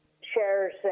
shares